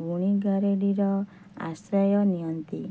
ଗୁଣିଗାରେଡ଼ିର ଆଶ୍ରୟ ନିଅନ୍ତି